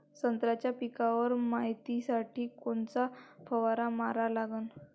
संत्र्याच्या पिकावर मायतीसाठी कोनचा फवारा मारा लागन?